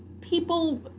people